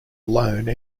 alone